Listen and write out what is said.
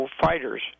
fighters